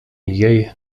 jej